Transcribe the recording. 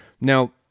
Now